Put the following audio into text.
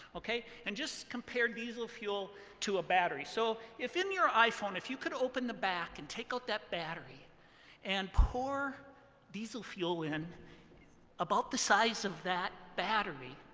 ok? and just compare diesel fuel to a battery. so in your iphone, if you could open the back and take out that battery and pour diesel fuel in about the size of that battery,